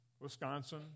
Wisconsin